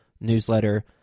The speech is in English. newsletter